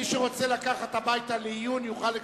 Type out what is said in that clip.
לא מפריע, אני יודע.